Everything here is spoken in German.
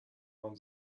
man